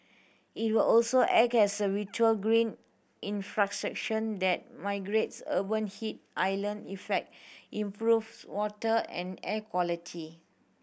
it will also act as a vital green that mitigates urban heat island effect improves water and air quality